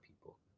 people